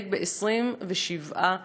זינק ב-27%.